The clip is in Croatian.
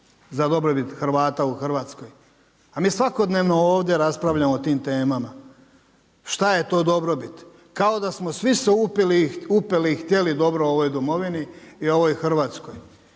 za dobrobit Hrvata u Hrvatskoj. A mi svakodnevno ovdje raspravljamo o tim temama, šta je to dobrobit, kao da smo svi se upili i htjeli dobro ovoj Domovini i ovoj Hrvatskoj.